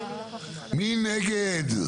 מי נגד?